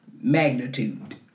Magnitude